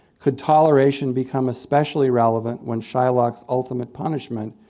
could toleration become especially relevant when shylock's ultimate punishment,